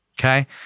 Okay